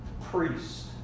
priest